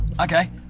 Okay